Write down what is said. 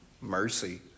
mercy